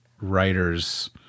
writer's